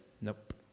Nope